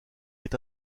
est